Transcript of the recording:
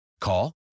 Call